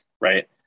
right